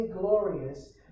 glorious